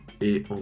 et